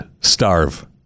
starve